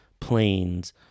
Planes